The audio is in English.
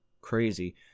Crazy